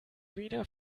wieder